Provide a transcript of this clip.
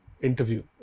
interview